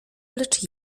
lecz